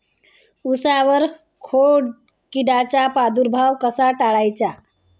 उसावर खोडकिडीचा प्रादुर्भाव कसा टाळायचा?